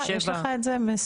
יש לך את זה מסודר?